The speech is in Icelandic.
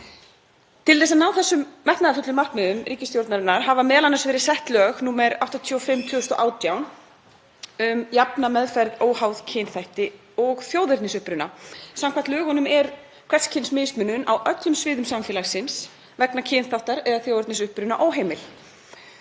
Til þess að ná þessum metnaðarfullu markmiðum ríkisstjórnarinnar hafa m.a. verið sett lög nr. 85/2018, um jafna meðferð óháð kynþætti og þjóðernisuppruna. Samkvæmt lögunum er hvers kyns mismunun á öllum sviðum samfélagsins vegna kynþáttar eða þjóðernisuppruna óheimil.